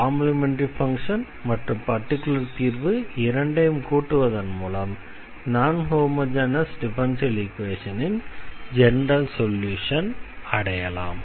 complementary function மற்றும் particular தீர்வு இரண்டையும் கூட்டுவதன் மூலம் நான் ஹோமொஜெனஸ் டிஃபரன்ஷியல் ஈக்வேஷனின் ஜெனரல் சொல்யூஷனை அடையலாம்